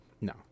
No